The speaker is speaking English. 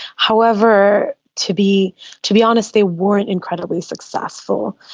however, to be to be honest they weren't incredibly successful,